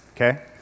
okay